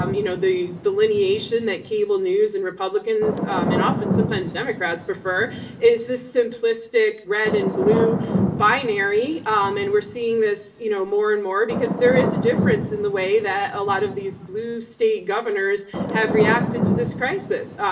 um you know the delineation that cable news and republicans-and um often sometimes democrats-prefer is this simplistic red and blue binary, um and we're seeing this you know more and more because there is a difference in the way that a lot of these blue state governors have reacted to this crisis,